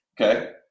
okay